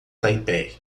taipei